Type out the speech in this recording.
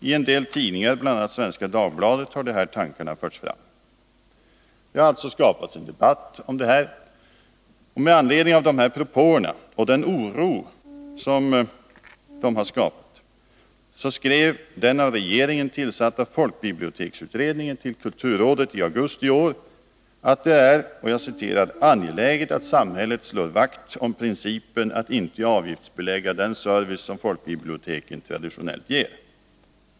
I en del tidningar, bl.a. Svenska Dagbladet, har dessa tankar förts fram. Det har alltså skapats en debatt om den här frågan. Med anledning av dessa propåer och den oro som de har skapat skrev den av regeringen tillsatta folkbiblioteksutredningen till kulturrådet i augusti i år att det är ”angeläget att samhället slår vakt om principen att inte avgiftsbelägga den service som folkbiblioteken traditionellt ger”.